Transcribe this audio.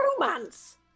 romance